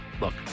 look